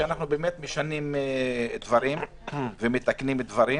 אנחנו באמת משנים דברים ומתקנים דברים.